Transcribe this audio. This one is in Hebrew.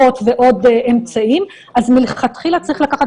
הצוות המשפטי של הוועדה סבור שיש צורך בהצעת